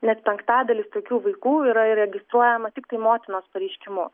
net penktadalis tokių vaikų yra įregistruojama tiktai motinos pareiškimu